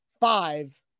five